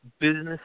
Business